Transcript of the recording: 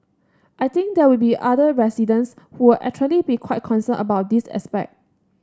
I think there will be other residents who will actually be quite concerned about this aspect